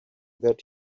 that